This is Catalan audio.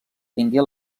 tingué